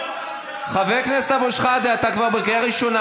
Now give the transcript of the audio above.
חבר הכנסת אבו שחאדה, אתה כבר בקריאה ראשונה.